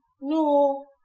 no